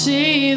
See